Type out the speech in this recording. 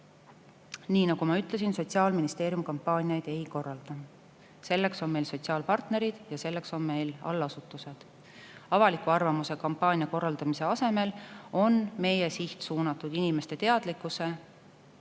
Nii nagu ma ütlesin, Sotsiaalministeerium kampaaniaid ei korralda. Selleks on meil sotsiaalpartnerid ja selleks on meil allasutused. Avaliku arvamuse kampaania korraldamise asemel on meie siht suunatud inimeste teadlikkuse